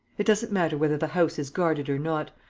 it doesn't matter whether the house is guarded or not.